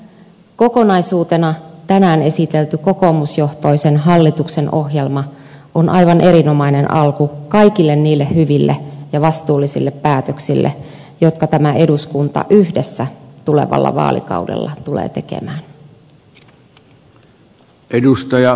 kokonaisuutena tänään esitelty kokoomusjohtoisen hallituksen ohjelma on aivan erinomainen alku kaikille niille hyville ja vastuullisille päätöksille jotka tämä eduskunta yhdessä tulevalla vaalikaudella tulee tekemään